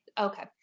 Okay